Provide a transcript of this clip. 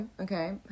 okay